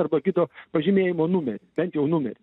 arba gido pažymėjimo numerį bet jau numerį